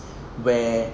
where